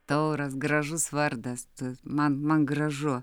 tauras gražus vardas man man gražu